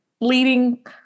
Leading